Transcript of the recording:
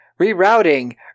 rerouting